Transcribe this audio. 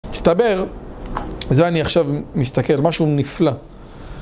מסתבר, זה אני עכשיו מסתכל, משהו נפלא.